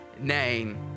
name